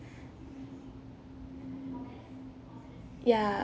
ya